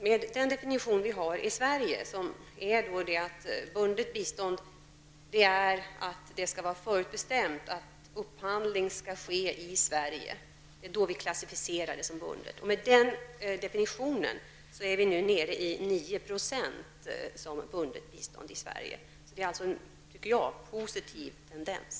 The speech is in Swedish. Med den definition som vi har i Sverige och som innebär att som bundet bistånd klassificeras bistånd där det är förutbestämt att upphandling skall ske i Sverige, är det svenska bundna biståndet nu nere i 9 %. Jag tycker att det är en positiv tendens.